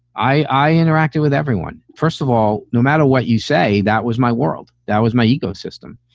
i interacted with everyone. first of all, no matter what you say. that was my world. that was my ego system.